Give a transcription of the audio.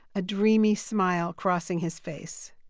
a dreamy smile crossing his face.